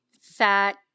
fat